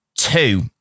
two